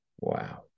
Wow